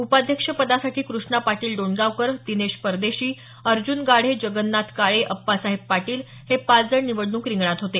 उपाध्यक्षपदासाठी क्रष्णा पाटील डोणगावकर दिनेश परदेशी अर्ज्न गाढे जगन्नाथ काळे आप्पासाहेब पाटील हे पाच जण निवडणूक रिंगणात होते